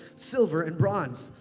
silver and bronze,